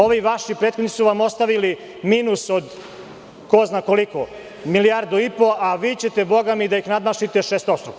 Ovi vaši prethodnici su vam ostavili minus od ko zna koliko, milijardu i po, a vi ćete da ih nadmašite šestostruko.